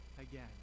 again